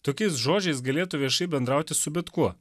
tokiais žodžiais galėtų viešai bendrauti su bet kuo